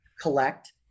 collect